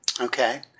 Okay